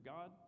God